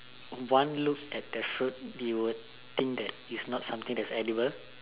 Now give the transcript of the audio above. one look at the fruit you would think that it's not something that is edible